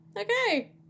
Okay